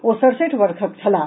ओ सड़सठि वर्षक छलाह